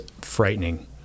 frightening